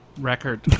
record